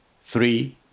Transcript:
three